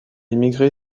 émigré